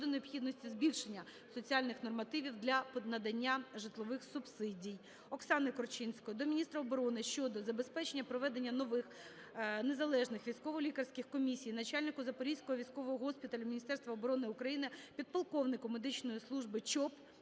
щодо необхідності збільшення соціальних нормативів для надання житлових субсидій. Оксани Корчинської до міністра оборони щодо забезпечення проведення нових, незалежних військово-лікарських комісій начальнику Запорізького військового госпіталю Міністерства оборони України, підполковнику медичної служби Чоп